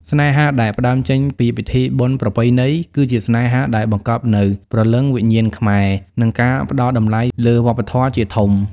ស្នេហាដែលផ្ដើមចេញពីពិធីបុណ្យប្រពៃណី គឺជាស្នេហាដែលបង្កប់នូវ "ព្រលឹងវិញ្ញាណខ្មែរ" និងការផ្ដល់តម្លៃលើវប្បធម៌ជាធំ។